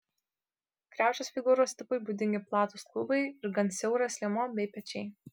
kriaušės figūros tipui būdingi platūs klubai ir gan siauras liemuo bei pečiai